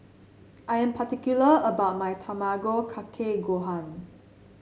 I'm particular about my Tamago Kake Gohan